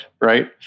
Right